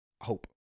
hope